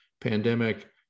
pandemic